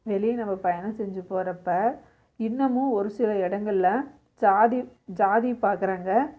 வெளியே நம்ம பயணம் செஞ்சு போகிறப்ப இன்னமும் ஒருசில இடங்கள்ல ஜாதி ஜாதி பார்க்குறாங்க